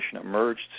emerged